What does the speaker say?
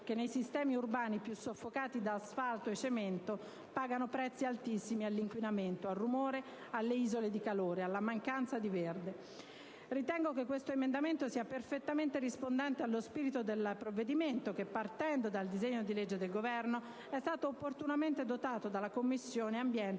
che nei sistemi urbani più soffocati da asfalto e cemento pagano prezzi altissimi all'inquinamento, al rumore, alle isole di calore e alla mancanza di verde. Ritengo che l'emendamento 3.102 (testo corretto) sia perfettamente rispondente allo spirito del provvedimento che, partendo dal disegno di legge del Governo, è stato opportunamente dotato dalla Commissione ambiente